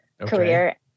career